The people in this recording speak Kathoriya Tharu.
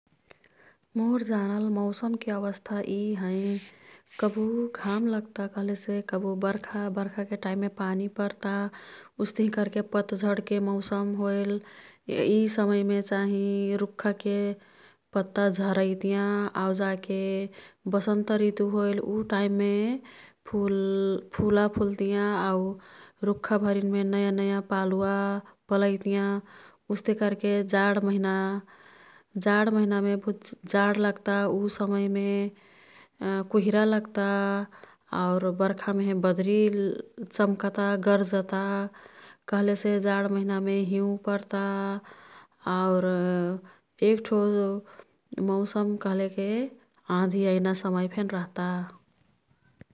मोर् जानल मौसमके अवस्था यी हैं। कबु घाम लग्ता कह्लेसे कबु बर्खा, बर्खाके टाईममे पानी पर्ता। उस्तिही कर्के पत्झडके मौसम होईल यी समयमे चाहिँ रुख्खाके पत्ता झरईतियाँ। आऊ जाके बसन्त ऋतु होइल उ टाईममे फुल फुला फुल्तियाँ। आऊ रुख्खा भरिन्मे नयाँ नयाँ पालुवा पलैतियाँ। उस्ते कर्के जाड महिना ,जाड महिनामे जाड लग्ता। उ समयमे कुहिरा लग्ता। आउर बर्खा मेहे बदरी चम्कता, गर्जता कह्लेसे जाड महिनामे हिउँ पर्ता। आउर एक्ठो मौसम कह्लेके आँधी अईना समयफे रह्ता।